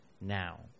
now